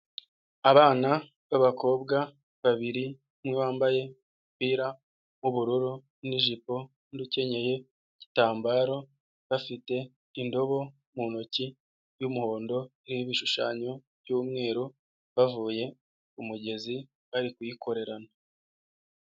Abana b'abakobwa babiri umwe bambaye umupira w'ubururu n'ijipo undi ukenyeye igitambaro bafite indobo mu ntoki y'umuhondo iriho ibishushanyo by'umweru bavuye kumugezi bari kuyikorerana.